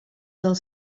del